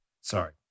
sorry